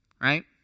right